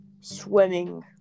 swimming